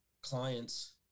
clients